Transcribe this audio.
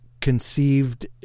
conceived